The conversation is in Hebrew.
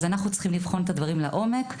אנחנו צריכים לבחון את הדברים לעומק,